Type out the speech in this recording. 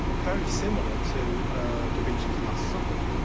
very similar to da vinci's last supper.